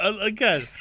Again